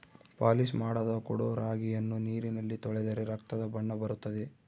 polish ಮಾಡದ ಕೊಡೊ ರಾಗಿಯನ್ನು ನೀರಿನಲ್ಲಿ ತೊಳೆದರೆ ರಕ್ತದ ಬಣ್ಣ ಬರುತ್ತದೆ